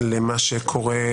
למה שקורה,